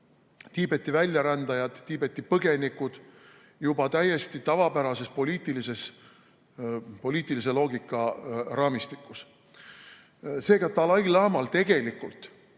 Tiibeti väljarändajad, Tiibeti põgenikud juba täiesti tavapärase poliitilise loogika raamistikus. Seega, dalai-laamal tegelikult